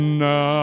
now